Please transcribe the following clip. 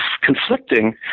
conflicting